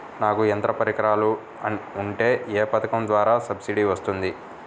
నాకు యంత్ర పరికరాలు ఉంటే ఏ పథకం ద్వారా సబ్సిడీ వస్తుంది?